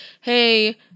hey